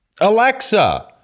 Alexa